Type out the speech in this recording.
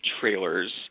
trailers